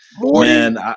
Man